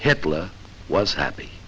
hitler was happy